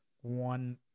one